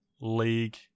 league